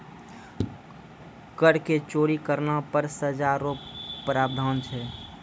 कर के चोरी करना पर सजा रो प्रावधान छै